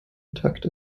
intakt